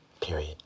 period